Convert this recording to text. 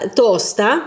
tosta